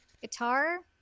guitar